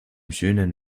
schönen